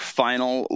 final